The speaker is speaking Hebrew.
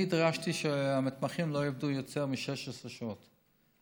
אני דרשתי שהמתמחים לא יעבדו יותר מ-16 שעות.